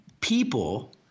people